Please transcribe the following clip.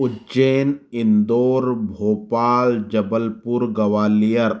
Ujjain Indore Bhopal Jabalpur Gwalior